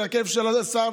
זה הכאב של השר,